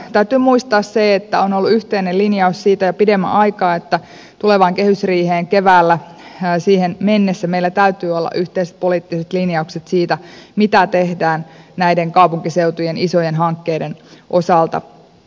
täytyy muistaa että on ollut yhteinen linjaus jo pidemmän aikaa siitä että tulevaan kehysriiheen keväällä siihen mennessä meillä täytyy olla yhteiset poliittiset linjaukset siitä mitä tehdään näiden kaupunkiseutujen isojen hankkeiden osalta